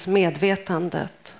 medvetandet